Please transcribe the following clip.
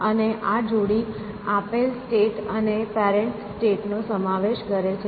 અને આ જોડી આપેલ સ્ટેટ અને પેરેન્ટ સ્ટેટ નો સમાવેશ કરે છે